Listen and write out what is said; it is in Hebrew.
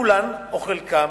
כולן או חלקן,